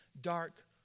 dark